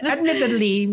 Admittedly